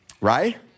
right